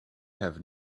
have